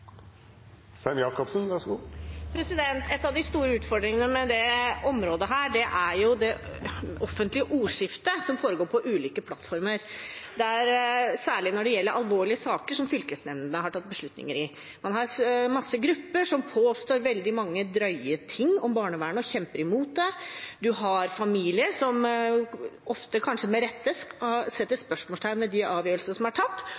det offentlige ordskiftet som foregår på ulike plattformer, særlig når det gjelder alvorlige saker som fylkesnemndene har tatt beslutning i. Det er mange grupper som påstår veldig mye drøyt om barnevernet, og som kjemper imot det. Det er familier som ofte – kanskje med rette – setter spørsmålstegn ved de avgjørelsene som er tatt.